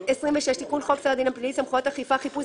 תיקון חוק סדר הדין הפלילי (סמכויות אכיפה חיפוש